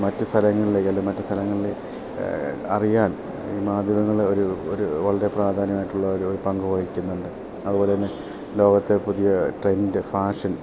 മറ്റ് സ്ഥലങ്ങളിലെ അല്ല മറ്റ് സ്ഥലങ്ങളിലെ അറിയാൻ ഈ മാധ്യമങ്ങൾ ഒരു ഒരു വളരെ പ്രാധാന്യമായിട്ടുള്ള ഒരു പങ്ക് വഹിക്കുന്നുണ്ട് അതുപോലെ തന്നെ ലോകത്തെ പുതിയ ട്രെൻഡ് ഫാഷൻ